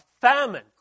famine